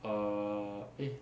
err eh